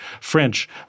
French